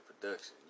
production